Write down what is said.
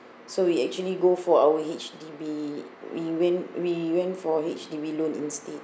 so we actually go for our H_D_B we went we went for H_D_B loan instead